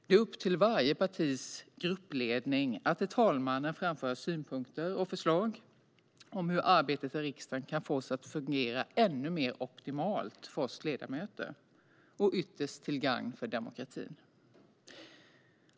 Det är upp till varje partis gruppledning att till talmannen framföra synpunkter och förslag om hur arbetet i riksdagen kan fås att fungera ännu mer optimalt för oss ledamöter - och ytterst till gagn för demokratin.